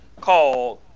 called